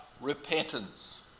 repentance